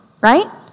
right